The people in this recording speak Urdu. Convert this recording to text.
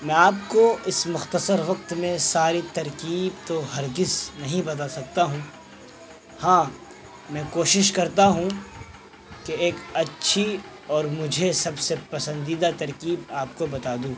میں آپ کو اس مختصر وقت میں ساری ترکیب تو ہرگز نہیں بتا سکتا ہوں ہاں میں کوشش کرتا ہوں کہ ایک اچھی اور مجھے سب سے پسندیدہ ترکیب آپ کو بتا دوں